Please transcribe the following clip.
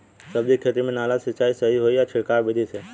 सब्जी के खेती में नाली से सिचाई सही होई या छिड़काव बिधि से?